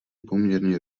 poměrně